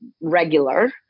regular